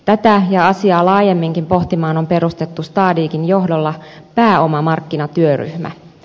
tätä ja asiaa laajemminkin pohtimaan on perustettu stadighin johdolla pääomamarkkinatyöryhmä